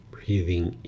Breathing